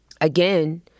again